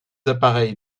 appareils